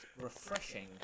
refreshing